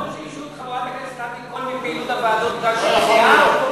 זה נכון שהשעו את חברת הכנסת עדי קול מפעילות הוועדות בגלל שהיא נמנעה?